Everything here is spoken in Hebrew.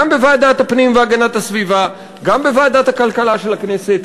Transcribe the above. גם בוועדת הפנים והגנת הסביבה וגם בוועדת הכלכלה של הכנסת,